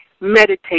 meditate